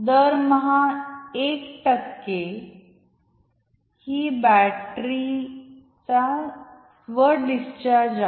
दरमहा 1 टक्के ही बॅटरीचा स्व डिस्चार्ज आहे